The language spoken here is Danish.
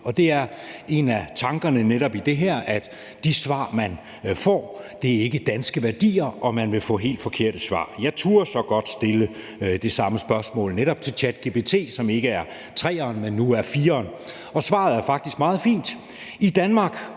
er netop en af tankerne i det her, altså at de svar, man får, ikke er danske værdier, og at man vil få helt forkerte svar. Jeg turde så godt stille det samme spørgsmål til netop ChatGPT, som ikke er 3'eren, men nu 4'eren, og svaret er faktisk meget fint: